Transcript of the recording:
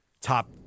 top